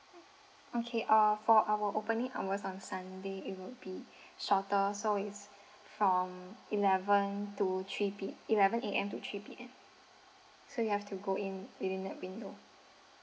okay uh for our opening hours on sunday it would be shorter so it's from eleven to three P eleven A_M to three P_M so you have to go in within that window